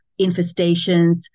infestations